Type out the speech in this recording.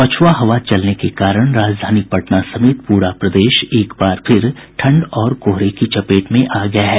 पछुआ हवा चलने के कारण राजधानी पटना समेत पूरा प्रदेश एकबार फिर ठंड और कोहरे की चपेट में आ गया है